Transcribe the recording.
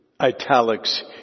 italics